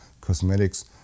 cosmetics